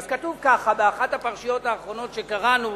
באחת הפרשיות האחרונות שקראנו,